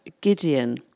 Gideon